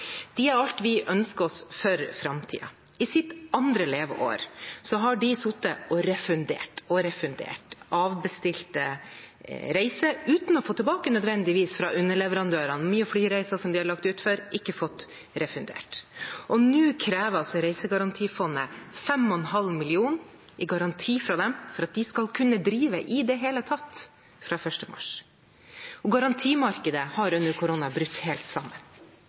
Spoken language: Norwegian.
De har alt vi ønsker oss for framtiden. I sitt andre leveår har de sittet og refundert og refundert avbestilte reiser uten nødvendigvis å få tilbake fra underleverandørene mange flyreiser som de har lagt ut for – de har ikke fått refundert. Nå krever Reisegarantifondet 5,5 mill. kr i garanti fra dem for at de skal kunne drive i det hele tatt fra 1. mars. Garantimarkedet har under koronaen brutt helt sammen.